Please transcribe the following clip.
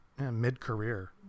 mid-career